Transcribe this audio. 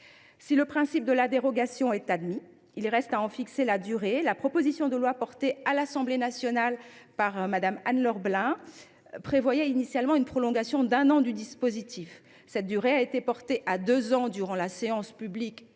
Si le principe de la dérogation est admis, il reste à en fixer la durée. La proposition de loi portée à l’Assemblée nationale par Mme Anne Laure Blin prévoyait initialement une prolongation d’un an du dispositif. Cette durée a été portée à deux ans durant l’examen du texte